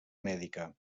mèdica